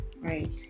right